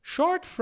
Short